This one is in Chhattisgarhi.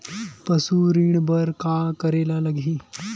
पशु ऋण बर का करे ला लगही?